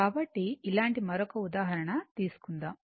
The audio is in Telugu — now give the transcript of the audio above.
కాబట్టిఇలాంటి మరొక ఉదాహరణ తీసుకుందాం